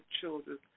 children